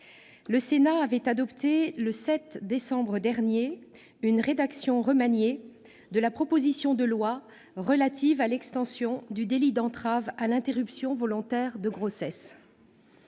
le Sénat avait adopté le 7 décembre dernier une rédaction remaniée de la proposition de loi relative à l'extension du délit d'entrave à l'interruption volontaire de grossesse.